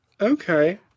Okay